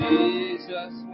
Jesus